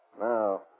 Now